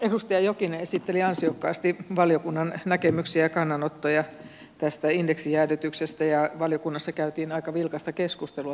edustaja jokinen esitteli ansiokkaasti valiokunnan näkemyksiä ja kannanottoja tästä indeksijäädytyksestä ja valiokunnassa käytiin aika vilkasta keskustelua tästä asiasta